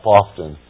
often